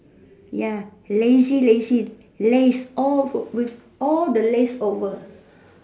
ya lacy lacy lace all with all the lace over